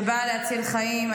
שבאה להציל חיים,